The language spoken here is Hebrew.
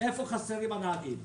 איפה חסרים הנהגים.